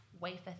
wafer